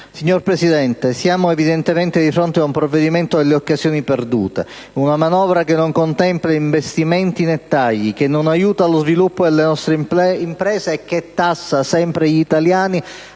Signor Presidente, siamo evidentemente di fronte ad un provvedimento delle occasioni perdute, una manovra che non contempla investimenti né tagli, che non aiuta lo sviluppo delle nostre imprese e che tassa sempre di più gli italiani,